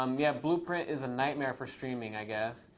um yeah, blueprint is a nightmare for streaming, i guess.